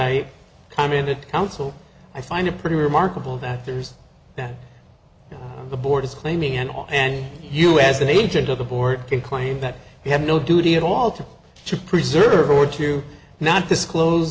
i commented counsel i find it pretty remarkable that there's that the board is claiming and all and you as an agent of the board can claim that you have no duty at all to to preserve or to not disclose